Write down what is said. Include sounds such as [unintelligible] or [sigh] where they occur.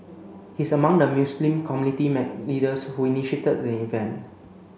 he is among the Muslim community [unintelligible] leaders who initiated the event